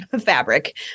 fabric